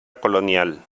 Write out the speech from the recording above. colonial